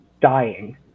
dying